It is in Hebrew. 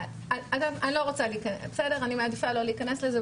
אני מעדיפה לא להיכנס לזה,